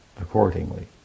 accordingly